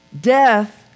Death